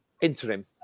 interim